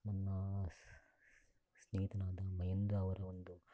ನನ್ನ ಸ್ನೇಹಿತನಾದ ಮಹೇಂದ್ರ ಅವರ ಒಂದು